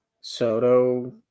Soto